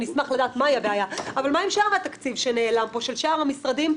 ונשמח לדעת מהי הבעיה אבל מה עם שאר התקציב שנעלם פה של שאר המשרדים?